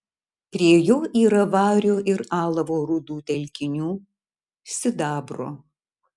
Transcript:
prie jo yra vario ir alavo rūdų telkinių sidabro